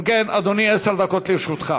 אם כן, אדוני, עשר דקות לרשותך.